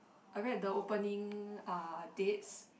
I read the opening uh dates